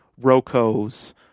Roco's